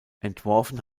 entworfen